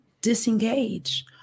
disengage